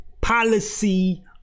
policy